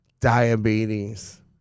diabetes